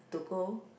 to go